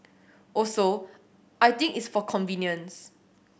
also I think it's for convenience